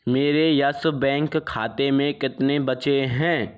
मेरे Yes Bank खाते में कितने बचे हैं